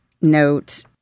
note